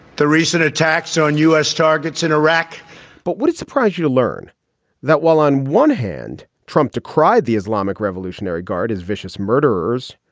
the recent attacks so on u s. targets in iraq but would it surprise you to learn that while on one hand, trump decried the islamic revolutionary guard as vicious murderers,